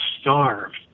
starved